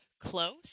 close